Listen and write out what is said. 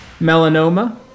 melanoma